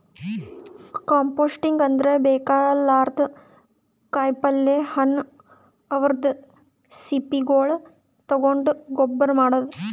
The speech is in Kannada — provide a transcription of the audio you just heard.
ಕಂಪೋಸ್ಟಿಂಗ್ ಅಂದ್ರ ಬೇಕಾಗಲಾರ್ದ್ ಕಾಯಿಪಲ್ಯ ಹಣ್ಣ್ ಅವದ್ರ್ ಸಿಪ್ಪಿಗೊಳ್ ತಗೊಂಡ್ ಗೊಬ್ಬರ್ ಮಾಡದ್